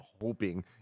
hoping